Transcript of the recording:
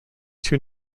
two